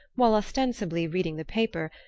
while ostensibly reading the paper,